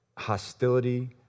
hostility